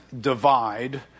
Divide